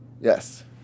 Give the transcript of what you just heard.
Yes